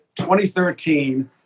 2013